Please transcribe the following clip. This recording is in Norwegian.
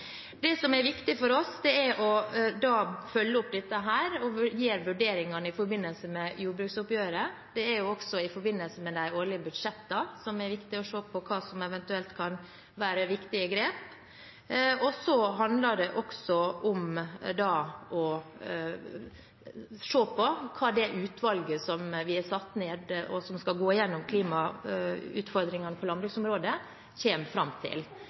Det som er viktig for oss, er å følge opp dette og gi vurderingene i forbindelse med jordbruksoppgjøret. Også i forbindelse med de årlige budsjettene er det viktig å se på hva som eventuelt kan være viktige grep. Og så handler det også om å se på hva det utvalget som vi har satt ned, og som skal gå igjennom klimautfordringene på landbruksområdet, kommer fram til.